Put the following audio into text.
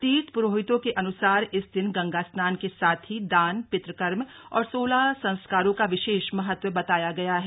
तीर्थ प्रोहितों के अन्सार इस दिन गंगा स्नान के साथ ही दान पित् कर्म और सोलह संस्कारों का विशेष महत्व बताया गया है